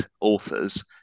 authors